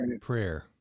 prayer